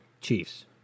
Chiefs